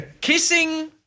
kissing